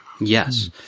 yes